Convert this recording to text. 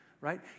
right